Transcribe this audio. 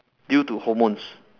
due to hormones